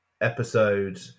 episode